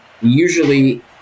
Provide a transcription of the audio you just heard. usually